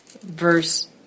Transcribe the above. verse